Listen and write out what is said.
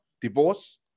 divorce